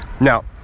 Now